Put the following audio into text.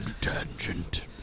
tangent